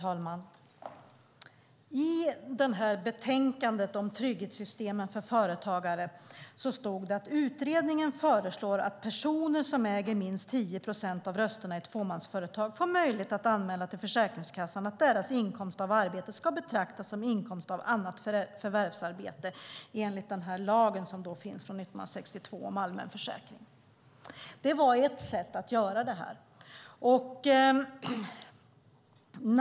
Herr talman! I betänkandet om trygghetssystemen för företagare står att utredningen föreslår att personer som äger minst 10 procent av rösterna i tvåmansföretag får möjlighet att anmäla till Försäkringskassan att deras inkomst av arbete ska betraktas som inkomst av annat förvärvsarbete enligt den lag som finns från 1962 om allmän försäkring. Det var ett sätt att göra det.